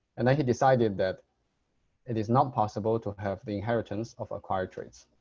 and he decided that it is not possible to have the inheritance of acquired traits.